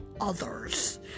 others